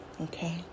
Okay